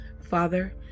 Father